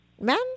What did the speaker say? man